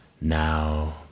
now